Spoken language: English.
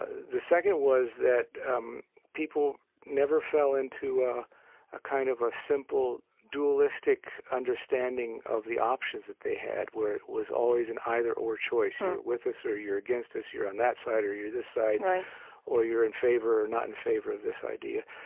ah the second was that um people never fell into a kind of a simple dualistic understanding of the options that they had where it was always an either or choice you're with us or you're against us. you're on that side or you're this side right or you're in favor or not in favor of this idea.